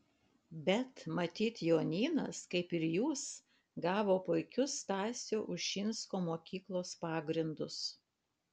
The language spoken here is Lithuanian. bet matyt jonynas kaip ir jūs gavo puikius stasio ušinsko mokyklos pagrindus